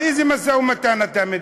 על איזה משא-ומתן אתה מדבר?